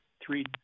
three